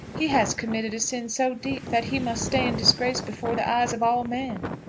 he has committed a sin so deep that he must stand disgraced before the eyes of all men.